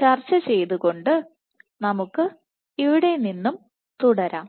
ചർച്ച ചെയ്തുകൊണ്ട് നമുക്ക് ഞങ്ങൾ ഇവിടെ നിന്ന് തുടരാം